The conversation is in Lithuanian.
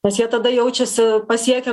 nes jie tada jaučiasi pasiekę